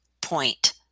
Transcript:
point